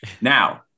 Now